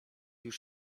już